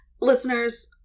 listeners